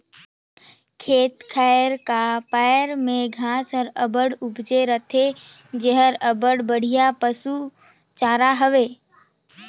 खेत खाएर का पाएर में घांस हर अब्बड़ उपजे रहथे जेहर अब्बड़ बड़िहा पसु चारा हवे